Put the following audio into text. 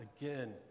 again